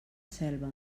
selva